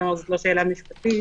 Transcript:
זו לא שאלה משפטית.